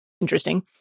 interesting